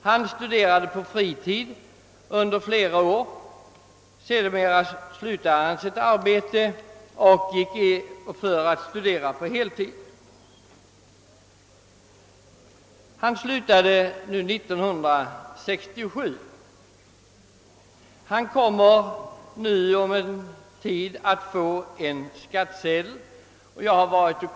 Jämsides med sitt förvärvsarbete studerade han på fritid under flera år men slutade sedan — det var under innevarande år — arbetet och började studera på heltid.